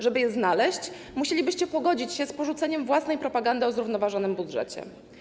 Żeby je znaleźć, musielibyście pogodzić się z porzuceniem własnej propagandy dotyczącej zrównoważonego budżetu.